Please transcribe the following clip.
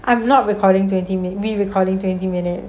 I am not recording twenty minutes re-recording twenty minutes